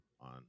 On